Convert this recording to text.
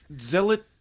zealot